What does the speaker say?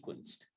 sequenced